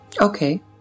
Okay